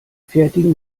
fertigen